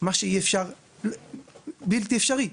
מה שאי אפשר בלתי אפשרי,